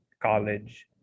college